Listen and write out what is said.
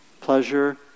pleasure